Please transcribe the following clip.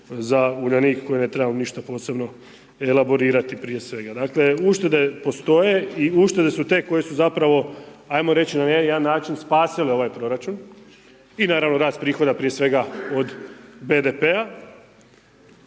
za Uljanik koje ne trebamo ništa posebno elaborirati prije svega. Dakle, uštede postoje i uštede su te koje su zapravo, ajmo reći na jedan način spasile ovaj proračun i naravno rast prihoda prije svega od BDP-a